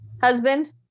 Husband